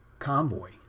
convoy